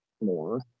more